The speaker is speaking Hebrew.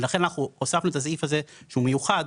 לכן אנחנו הוספנו את הסעיף הזה שהוא מיוחד,